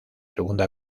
segunda